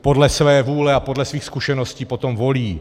Podle své vůle a podle svých zkušeností potom volí.